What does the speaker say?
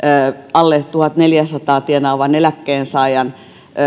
alle tuhannenneljänsadan tienaavan eläkkeensaajan